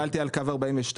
נשאלתי על קו 42,